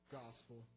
gospel